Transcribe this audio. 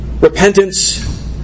repentance